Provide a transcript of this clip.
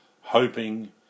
hoping